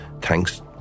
thanks